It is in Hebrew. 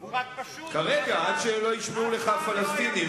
הוא רק פשוט, כרגע, עד שלא ישמעו לך הפלסטינים.